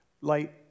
light